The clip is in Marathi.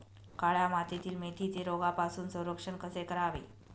काळ्या मातीतील मेथीचे रोगापासून संरक्षण कसे करावे?